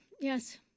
Yes